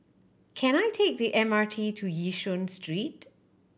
can I take the M R T to Yishun Street